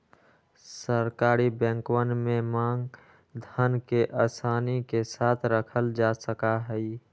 सरकारी बैंकवन में मांग धन के आसानी के साथ रखल जा सका हई